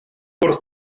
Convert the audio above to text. wrth